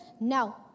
No